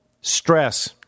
stress